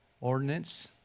ordinance